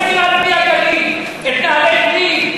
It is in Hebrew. כל הכבוד.